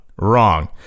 Wrong